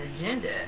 agenda